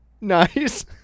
Nice